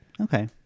Okay